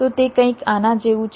તો તે કંઈક આના જેવું છે